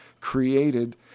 created